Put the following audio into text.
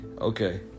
okay